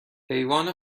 حیوان